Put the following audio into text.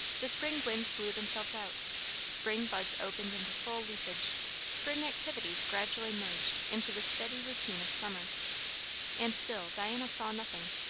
the spring winds blew themselves out spring buds opened into full leafage spring activities gradually merged into the steady routine of summer and still diana saw nothing,